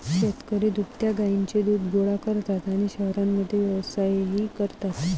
शेतकरी दुभत्या गायींचे दूध गोळा करतात आणि शहरांमध्ये व्यवसायही करतात